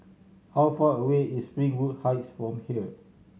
how far away is Springwood Heights from here